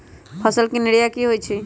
फसल के निराया की होइ छई?